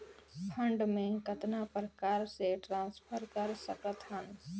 Fund मे कतना प्रकार से ट्रांसफर कर सकत हन?